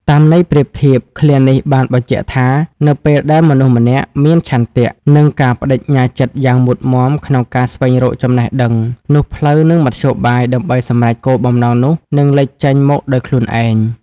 តាមន័យប្រៀបធៀប ឃ្លានេះបានបញ្ជាក់ថា នៅពេលដែលមនុស្សម្នាក់មានឆន្ទៈ និងការប្ដេជ្ញាចិត្តយ៉ាងមុតមាំក្នុងការស្វែងរកចំណេះដឹង នោះផ្លូវ និងមធ្យោបាយដើម្បីសម្រេចបំណងនោះនឹងលេចចេញមកដោយខ្លួនឯង។